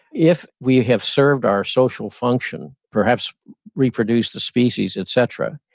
if we have served our social function perhaps reproduce the species et cetera,